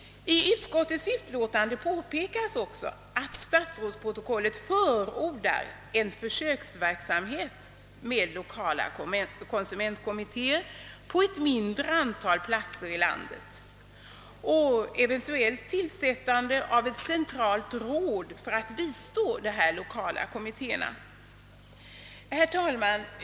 I utskotiets utlåtande påpekas, att statsrådsprotokollet förordar en försöksverksamhet med lokala kommittéer på ett mindre antal platser i landet och eventuellt tillsättande av ett centralt råd för att bistå dessa lokala kommittéer. Herr talman!